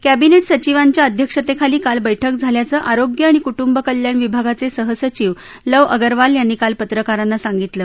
cabinet सचिवांच्या अध्यक्षतेखाली काल बैठक झाल्याचं आरोग्य आणि कृटंब कल्याण विभागाचे सहसचिव लव अगरवाल यांनी काल पत्रकारांना सांगितलं